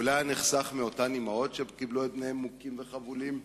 אולי היה נחסך מאותן אמהות שקיבלו את בניהן מוכים וחבולים?